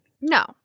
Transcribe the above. No